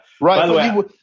Right